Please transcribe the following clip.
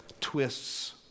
twists